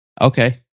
Okay